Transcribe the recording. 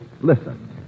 listen